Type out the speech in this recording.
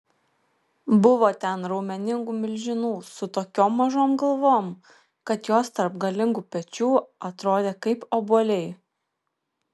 buvo ten raumeningų milžinų su tokiom mažom galvom kad jos tarp galingų pečių atrodė kaip obuoliai